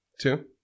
Two